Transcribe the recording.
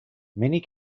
many